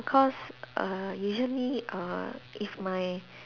because err usually err if my